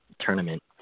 tournament